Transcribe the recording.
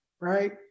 right